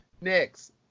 Next